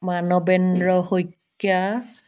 Manavendra Saikia